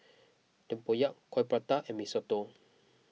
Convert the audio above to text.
Tempoyak Coin Prata and Mee Soto